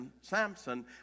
Samson